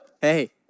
Hey